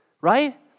right